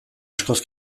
askoz